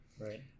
right